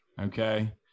Okay